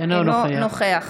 אינו נוכח